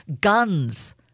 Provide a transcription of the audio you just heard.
Guns